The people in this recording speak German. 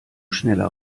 schneller